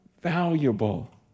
valuable